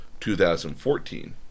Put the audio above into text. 2014